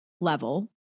level